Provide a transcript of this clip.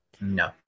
No